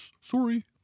sorry